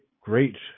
great